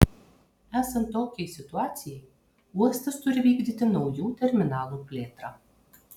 esant tokiai situacijai uostas turi vykdyti naujų terminalų plėtrą